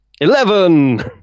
Eleven